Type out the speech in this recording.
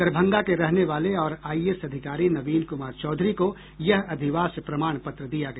दरभंगा के रहने वाले और आईएएस अधिकारी नवीन कुमार चौधरी को यह अधिवास प्रमाण पत्र दिया गया